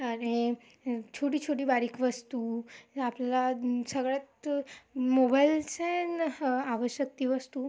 आणि छोटीछोटी बारीक वस्तू हे आपल्याला सगळ्यात मोबाईलचे न ह आवश्यक ती वस्तू